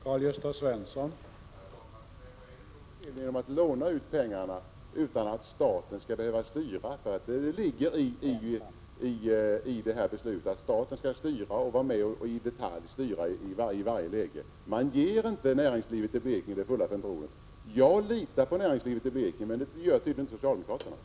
Herr talman! Vad är det då för fel i att låna ut pengarna utan att staten skall styra verksamheten? Det ligger i beslutet att staten skall vara med och styra i detalj i varje läge. Man ger inte näringslivet i Blekinge det fulla förtroendet. Jag litar på näringslivet i Blekinge, men det gör tydligen inte socialdemokraterna.